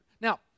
Now